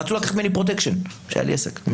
רצו לקחת ממני פרוטקשן כשהיה לי עסק.